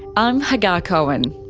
i'm hagar cohen